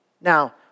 Now